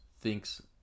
thinks